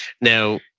Now